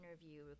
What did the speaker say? interview